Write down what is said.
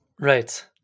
Right